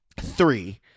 three